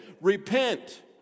repent